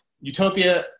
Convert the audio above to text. Utopia